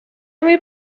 muy